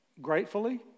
gratefully